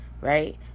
right